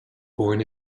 born